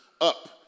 up